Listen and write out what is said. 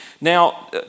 Now